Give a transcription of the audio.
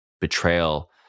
betrayal